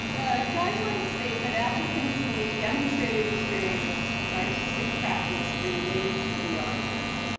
the guidelines state that applicants need demonstrated experience in artistic practice related to the artwork.